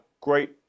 great